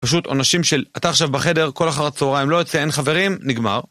פשוט עונשים של "אתה עכשיו בחדר", כל אחר הצהריים לא יוצא, אין חברים, נגמר.